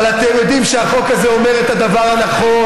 אבל אתם יודעים שהחוק הזה אומר את הדבר הנכון.